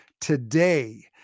today